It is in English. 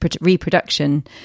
reproduction